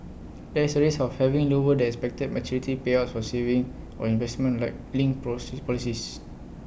there is A risk of having lower than expected maturity payouts for savings or investment like linked pros policies